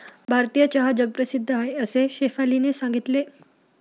भारतीय चहा जगप्रसिद्ध आहे असे शेफालीने सांगितले